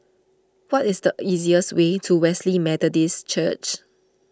what is the easiest way to Wesley Methodist Church